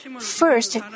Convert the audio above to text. First